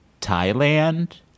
Thailand